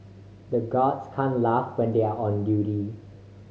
the guards can't laugh when they are on duty